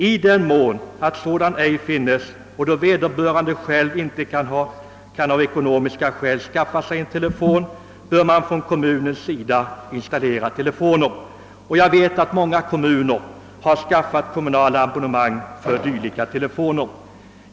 I den mån telefon ej finns och då vederbörande själv av ekonomiska skäl inte kan skaffa sig en telefon bör sådan installeras genom kommunens försorg. Jag vet att många kommuner har skaffat kommunala abonnemang för telefoner, avsedda för äldre och handikappade.